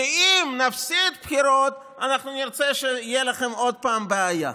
כי אם נפסיד בחירות אנחנו נרצה שתהיה לכם עוד פעם בעיה.